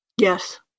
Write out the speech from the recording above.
Yes